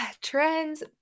trends